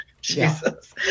Jesus